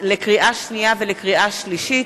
לקריאה שנייה ולקריאה שלישית,